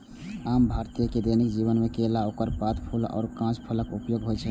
आम भारतीय के दैनिक जीवन मे केला, ओकर पात, फूल आ कांच फलक उपयोग होइ छै